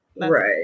right